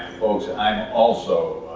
folks, i'm also.